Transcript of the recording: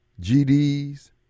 GDs